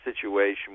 situation